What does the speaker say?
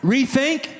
Rethink